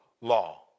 law